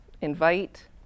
invite